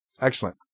excellent